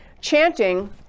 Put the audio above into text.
chanting